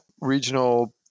regional